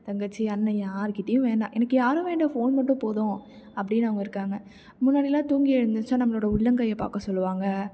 தங்கச்சி அண்ணன் யாருக்கிட்டேயும் வேணாம் எனக்கு யாரும் வேண்டாம் ஃபோன் மட்டும் போதும் அப்படின்னு அவங்க இருக்காங்க முன்னாடிலாம் தூங்கி எழுந்திரிச்சால் நம்மளோடய உள்ளங்கையை பார்க்க சொல்வாங்க